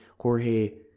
Jorge